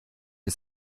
ich